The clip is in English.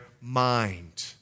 mind